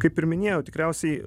kaip ir minėjau tikriausiai